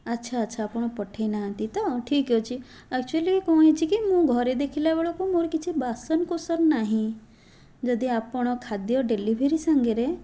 ଆଛା ଆଛା ଆପଣ ପଠେଇ ନାହାଁନ୍ତି ତ ଠିକଅଛି ଆକ୍ଚୁଲି କ'ଣ ହେଇଛି କି ମୁଁ ଘରେ ଦେଖିଲା ବେଳକୁ ମୋର କିଛି ବାସନକୁସନ ନାହିଁ ଯଦି ଆପଣ ଖାଦ୍ୟ ଡେଲିଭେରି ସାଙ୍ଗରେ